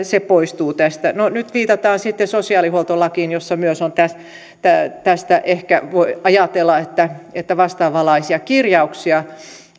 se poistuu tästä nyt viitataan sitten sosiaalihuoltolakiin jossa myös on tästä ehkä voi ajatella vastaavanlaisia kirjauksia